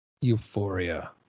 Euphoria